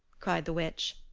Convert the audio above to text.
cried the witch.